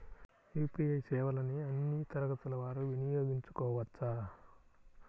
UPI సేవలని అన్నీ తరగతుల వారు వినయోగించుకోవచ్చా?